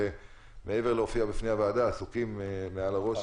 מעבר להופעה בפני הוועדה, אתם עסוקים מעל הראש.